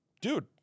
Dude